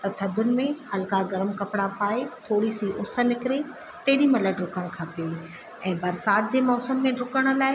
त थदियुनि में हलका गरम कपिड़ा पाए थोरी सी उस निकिरे तेॾीमहिल ॾुकणु खपे ऐं बरसाति जे मौसमु में ॾुकण लाइ